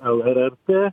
ar lrt